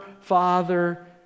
Father